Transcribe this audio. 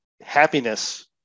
happiness